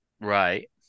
Right